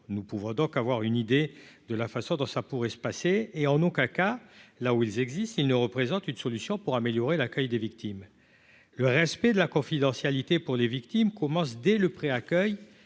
nous pouvons donc avoir une idée de la façon dont ça pourrait se passer, et en aucun cas, là où ils existent, ils ne représentent une solution pour améliorer l'accueil des victimes, le respect de la confidentialité pour les victimes commencent dès le pré-accueil